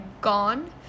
gone